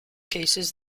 cases